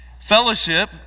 fellowship